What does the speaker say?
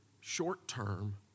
short-term